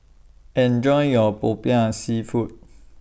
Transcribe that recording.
Enjoy your Popiah Seafood